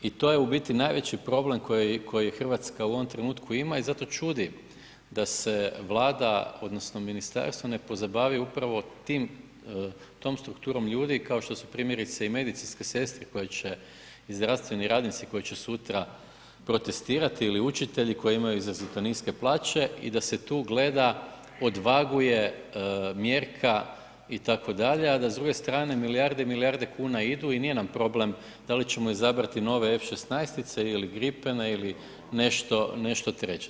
I to je u biti najveći problem koji Hrvatska u ovom trenutku ima i zato čudi da se Vlada odnosno ministarstvo ne pozabavi upravo tim, tom strukturom ljudi kao što su primjerice i medicinske sestre i zdravstveni radnici koji će sutra protestirati ili učitelji koji imaju izrazito niske plaće i da se tu gleda, odvaguje, mjerka itd., a da s druge strane milijarde i milijarde kuna idu i nije nam problem da li ćemo izabrati nove F16-tice ili Gripene ili nešto, nešto treće.